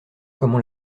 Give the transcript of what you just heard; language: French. comment